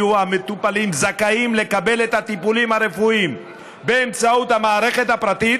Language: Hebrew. יהיו המטופלים זכאים לקבל את הטיפולים הרפואיים באמצעות המערכת הפרטית